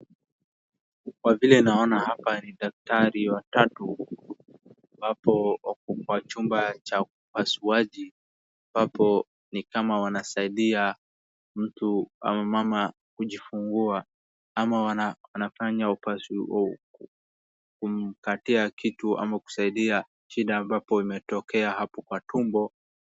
Kwa vile naona hapa ni daktari watatu, hapo wako kwa chumba cha upasuaji ambapo ni kama wanasaidia mtu ama mama kujifungua ama wanafanya upasuo kumkatia kitu ama kusaidia shida ambapo imetokea hapo kwa tumbo.